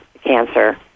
cancer